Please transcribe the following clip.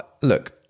Look